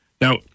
Now